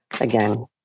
again